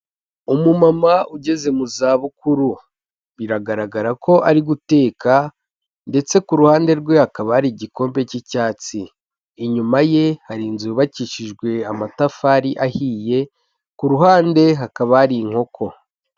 Umumama ugeze mu za bukuru, biragaragara ko ari guteka ndetse kuruhande rwe hakaba ari igikombe cy'icyatsi, inyuma ye hari inzu yubakishijwe amatafari ahiye, kuruhande hakaba hari inkoko.